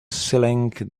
selling